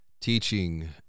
teaching